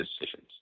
decisions